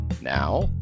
Now